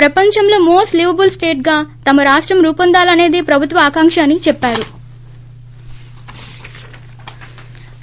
ప్రపంచంలో most liveable స్వేట్గా తమ రాష్టం రూపొందాలసేదే ప్రబుత్వ ఆకాంక అని చెప్పారు